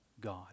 God